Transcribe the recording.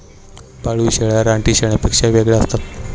पाळीव शेळ्या रानटी शेळ्यांपेक्षा वेगळ्या असतात